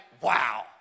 wow